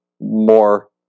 more